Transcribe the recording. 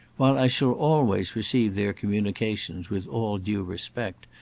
while i shall always receive their communications with all due respect,